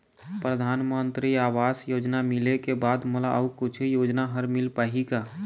परधानमंतरी आवास योजना मिले के बाद मोला अऊ कुछू योजना हर मिल पाही का?